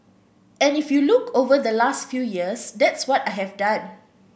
and if you look over the last few years that's what I have done